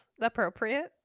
Appropriate